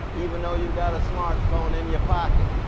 even though you've got a smart phone in your pocket.